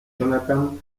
jonathan